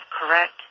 correct